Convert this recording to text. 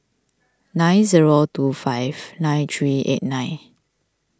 nine zero two five nine three eight nine